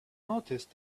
noticed